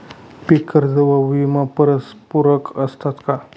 पीक कर्ज व विमा परस्परपूरक असतात का?